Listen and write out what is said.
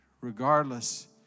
regardless